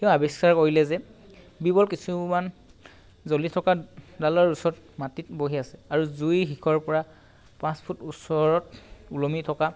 তেওঁ আৱিস্কাৰ কৰিলে যে বীৰবল কিছুমান জ্বলি থকা ডালৰ ওচৰত মাটিত বহি আছে আৰু জুইৰ শিখাৰ পৰা পাঁচ ফুট ওচৰত ওলমি থকা